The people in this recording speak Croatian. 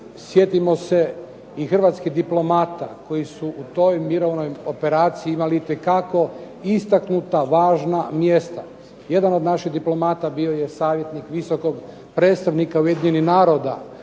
sjetimo se i hrvatskih diplomata koji su u toj mirovnoj operaciji imali itekako istaknuta, važna mjesta. Jedan od naših diplomata bio je savjetnik visokog predstavnika Ujedinjenih naroda